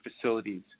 facilities